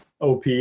OP